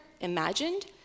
imagined